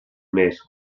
més